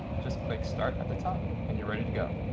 just click start at the top, and you're ready to go.